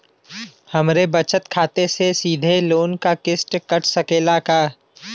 हमरे बचत खाते से सीधे लोन क किस्त कट सकेला का?